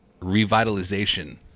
revitalization